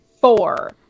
four